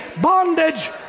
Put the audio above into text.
bondage